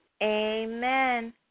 Amen